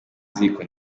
ziko